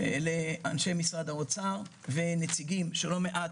עם אנשי משרד האוצר ונציגים של לא מעט